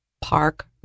park